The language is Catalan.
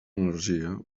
energia